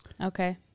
okay